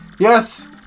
Yes